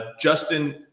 Justin